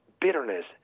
bitterness